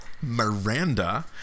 Miranda